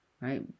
right